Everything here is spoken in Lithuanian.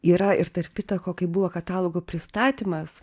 yra ir tarp kita ko kai buvo katalogo pristatymas